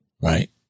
Right